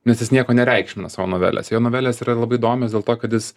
nes jis nieko nereikšmina savo novelėse jo novelės yra labai įdomios dėl to kad jis